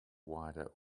wider